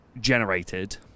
generated